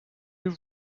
you